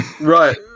Right